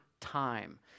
time